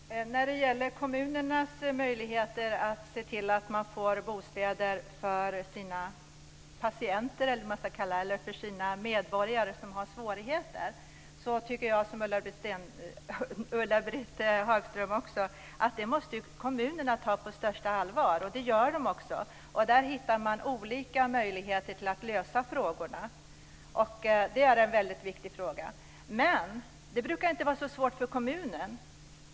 Herr talman! När det gäller kommunernas möjligheter att se till att man får bostäder för sina patienter eller de medborgare som har svårigheter tycker jag som Ulla-Britt Hagström att kommunerna måste ta detta på största allvar. Det gör de också. Där hittar man olika möjligheter att lösa problemen. Det är en mycket viktig fråga. Men det brukar inte vara så svårt för kommunerna.